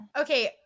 Okay